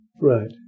Right